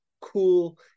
cool